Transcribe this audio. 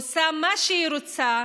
עושה מה שהיא רוצה,